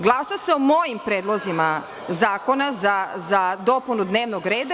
Glasa se o mojim predlozima zakona za dopunu dnevnog reda.